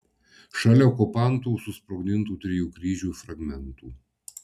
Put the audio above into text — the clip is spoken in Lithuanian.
šalia okupantų susprogdintų trijų kryžių fragmentų